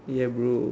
ya bro